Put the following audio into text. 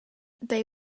they